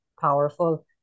powerful